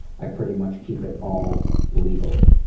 i pretty much keep it all legal.